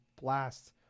blast